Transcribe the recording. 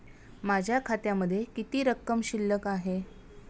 माझ्या खात्यामध्ये किती रक्कम शिल्लक आहे?